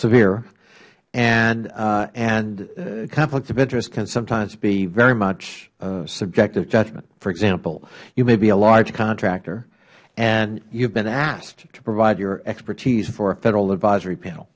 severe and a conflict of interest can sometimes be very much subjective judgment for example you may be a large contractor and you have been asked to provide your expertise for a federal advisory panel